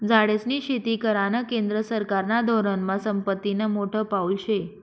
झाडेस्नी शेती करानं केंद्र सरकारना धोरनमा संपत्तीनं मोठं पाऊल शे